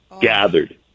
gathered